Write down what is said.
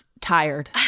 tired